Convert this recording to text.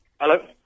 Hello